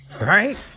Right